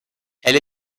elle